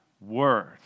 word